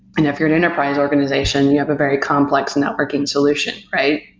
and if you're an enterprise organization, you have a very complex networking solution, right?